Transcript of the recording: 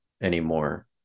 anymore